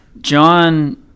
John